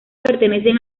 pertenecen